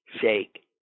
shake